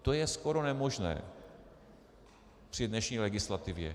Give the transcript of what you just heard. To je skoro nemožné při dnešní legislativě.